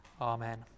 Amen